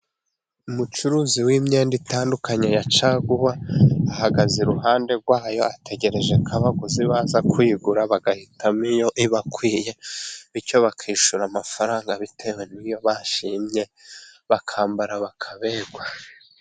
Umucuruzi w'imyenda itandukanye ya caguwa, ahagaze iruhande rwayo ategereje ko abaguzi baza kuyigura, bagahitamo iyo ibakwiye, bityo bakishyura amafaranga bitewe n'iyo bashimye, bakambara bakaberwa.